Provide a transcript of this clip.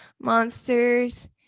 monsters